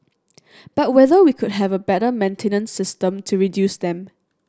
but whether we could have a better maintenance system to reduce them